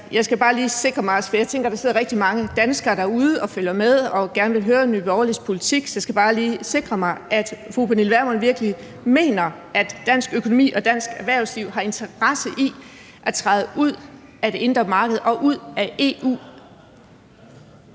Jeg skal bare lige sikre mig – for jeg tænker, at der sidder rigtig mange danskere derude og følger med og gerne vil høre Nye Borgerliges politik – at fru Pernille Vermund virkelig mener, at dansk økonomi og dansk erhvervsliv har interesse i at træde ud af det indre marked og ud af EU.